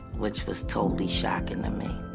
which was totally shocking to me.